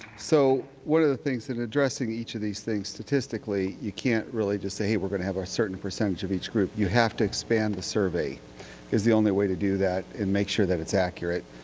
so one of the things that addressing each of these things statistically you can't really just say hey we are going to have a certain percentage of each group, you have to expand the survey is the only way to do that and make sure that it's accurate.